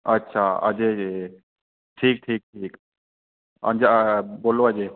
अच्छा अजय ठीक ठीक ठीक हां जी बोलो अजय